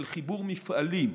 של חיבור מפעלים.